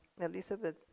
Elizabeth